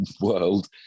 world